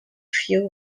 few